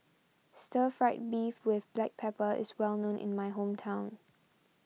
Stir Fried Beef with Black Pepper is well known in my hometown